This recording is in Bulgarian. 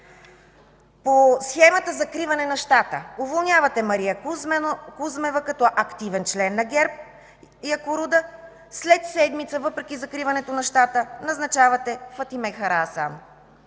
По схемата „закриване на щата” уволнявате Мария Кузмева като активен член на ГЕРБ – Якоруда, след седмица, въпреки закриването на щата, назначавате Фатиме Карахасан.